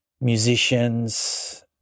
musicians